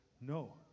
no